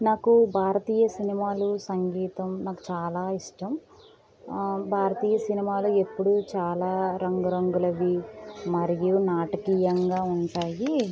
నాకు భారతీయ సినిమాలు సంగీతం నాకు చాలా ఇష్టం ఆ భారతీయ సినిమాలో ఎప్పుడు చాలా రంగురంగులవి మరియు నాటకీయంగా ఉంటాయి